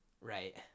Right